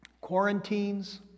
Quarantines